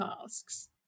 tasks